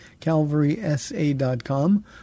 calvarysa.com